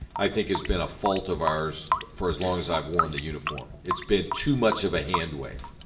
i think has been a fault of ours for as long as i've worn the uniform. it's been too much of a hand wave.